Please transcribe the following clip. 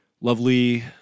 lovely